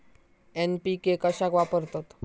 NPK कशाक वापरतत?